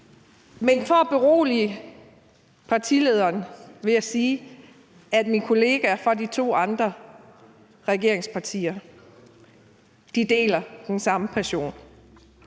Men for at berolige partilederen vil jeg sige, at mine kolleger fra de to andre regeringspartier deler den samme passion.